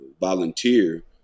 volunteer